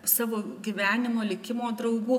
savo gyvenimo likimo draugų